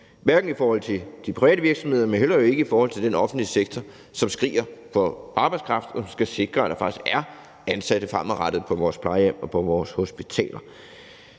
hverken i forhold til de private virksomheder eller i forhold til den offentlige sektor, som skriger på arbejdskraft, og som skal sikre, at der faktisk fremadrettet er ansatte på vores plejehjem og på vores hospitaler.